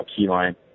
Keyline